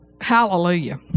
Hallelujah